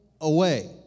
away